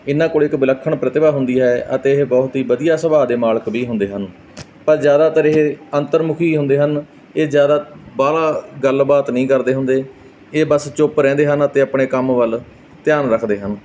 ਇਹਨਾਂ ਕੋਲ ਇੱਕ ਵਿਲੱਖਣ ਪ੍ਰਤਿਭਾ ਹੁੰਦੀ ਹੈ ਅਤੇ ਇਹ ਬਹੁਤ ਹੀ ਵਧੀਆ ਸੁਭਾਅ ਦੇ ਮਾਲਕ ਵੀ ਹੁੰਦੇ ਹਨ ਪਰ ਜ਼ਿਆਦਾਤਰ ਇਹ ਅੰਤਰਮੁਖੀ ਹੁੰਦੇ ਹਨ ਇਹ ਜ਼ਿਆਦਾ ਬਾਹਲਾ ਗੱਲਬਾਤ ਨਹੀਂ ਕਰਦੇ ਹੁੰਦੇ ਇਹ ਬਸ ਚੁਪ ਰਹਿੰਦੇ ਹਨ ਅਤੇ ਆਪਣੇ ਵੱਲ ਧਿਆਨ ਰੱਖਦੇ ਹਨ